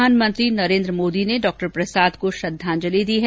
प्रधानमंत्री नरेन्द्र मोदी ने डॉ प्रसाद को श्रद्वांजलि दी है